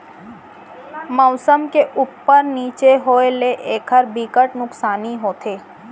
मउसम के उप्पर नीचे होए ले एखर बिकट नुकसानी होथे